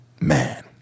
Man